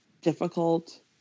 difficult